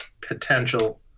potential